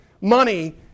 money